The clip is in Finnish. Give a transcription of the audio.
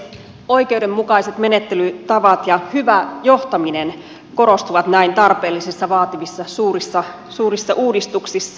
oikeudenmukaiset menettelytavat ja hyvä johtaminen korostuvat näin tarpeellisissa vaativissa suurissa uudistuksissa